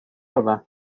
arve